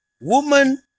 woman